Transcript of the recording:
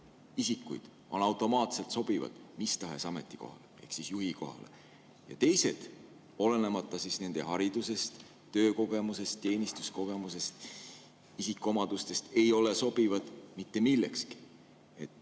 isikuid on automaatselt sobivad mistahes ametikohale ehk siis juhi kohale. Ja teised, olenemata nende haridusest, töökogemusest, teenistuskogemusest, isikuomadustest, ei ole sobivad mitte millekski.